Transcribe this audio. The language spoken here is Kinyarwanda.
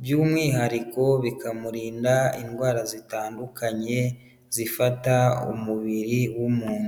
by'umwihariko bikamurinda indwara zitandukanye zifata umubiri w'umuntu.